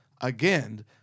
Again